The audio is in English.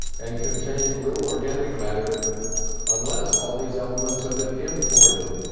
and contain little organic matter unless all these elements have been imported.